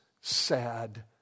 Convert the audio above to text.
sad